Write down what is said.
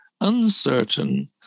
uncertain